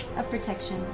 of protection.